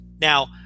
Now